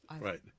Right